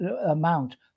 amount